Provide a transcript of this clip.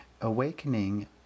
Awakening